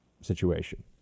situation